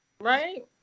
right